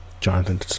Jonathan